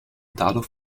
dadurch